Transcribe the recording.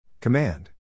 Command